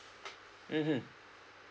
mmhmm